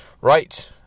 Right